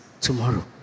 tomorrow